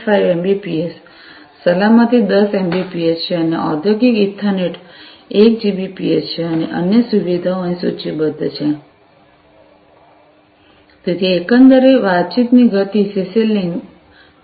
5 Mbps સલામતી 10 Mbps છે અને ઔદ્યોગિક ઇથરનેટ 1 જીબીપીએસ છે અને અન્ય સુવિધાઓ અહીં સૂચિબદ્ધ છે તેથી એકંદરે વાતચીતની ગતિ સીસી લિન્ક 2